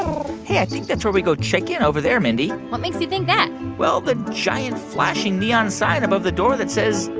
hey, i think that's where we go check in over there, mindy what makes you think that? well, the giant, flashing neon sign above the door that says,